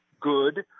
good